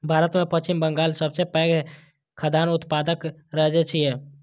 भारत मे पश्चिम बंगाल सबसं पैघ खाद्यान्न उत्पादक राज्य छियै